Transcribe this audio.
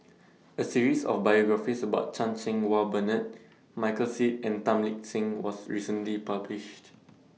A series of biographies about Chan Cheng Wah Bernard Michael Seet and Tan Lip Seng was recently published